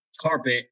carpet